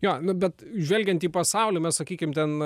jo nu bet žvelgiant į pasaulį mes sakykim ten